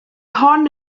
hon